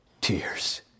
tears